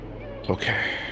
okay